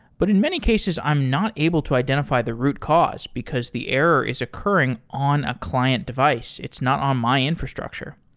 but in many cases, i'm not able to identify the root cause because the error is occurring on a client device. it's not on my infrastructure.